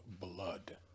Blood